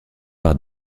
par